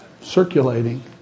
circulating